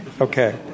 Okay